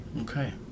Okay